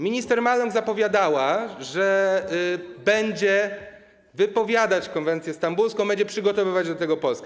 Minister Maląg zapowiadała, że będzie wypowiadać konwencję stambulską, będzie przygotowywać do tego Polskę.